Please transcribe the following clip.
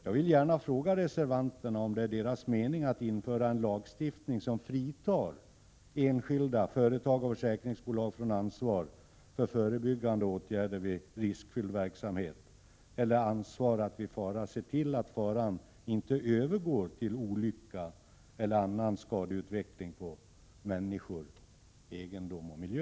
Jag vill gärna fråga reservanterna om det är deras mening att införa en lagstiftning som fritar enskilda, företag och försäkringsbolag från ansvar för förebyggande åtgärder vid riskfylld verksamhet eller ansvar för att vid fara se till att faran inte övergår till olycka eller skador på människor, egendom och miljö.